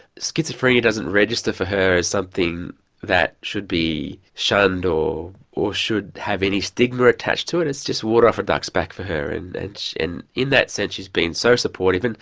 schizophrenia doesn't register for her as something that should be shunned or or should have any stigma attached to it, it's just water off a duck's back for her and and in in that sense she has been so supportive, and